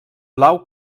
blau